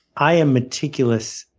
i am meticulous,